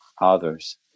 others